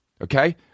okay